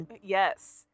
yes